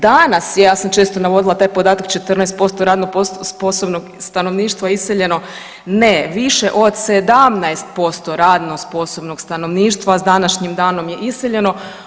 Danas je, ja sam često navodila taj podatak, 14% radno sposobnog stanovništva iseljeno, ne, više od 17% radno sposobnog stanovništva s današnjim danom je iseljeno.